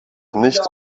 nichts